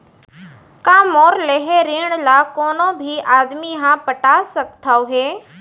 का मोर लेहे ऋण ला कोनो भी आदमी ह पटा सकथव हे?